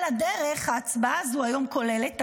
על הדרך ההצבעה הזאת כוללת היום,